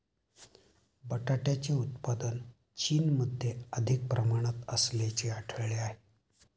बटाट्याचे उत्पादन चीनमध्ये अधिक प्रमाणात असल्याचे आढळले आहे